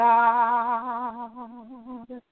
God